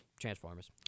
Transformers